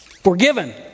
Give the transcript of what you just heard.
forgiven